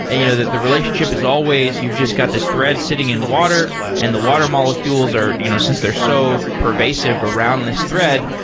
and you know the the relationship is always you've just got this thread sitting in water and the water molecules are you know since they're so pervasive around this thread,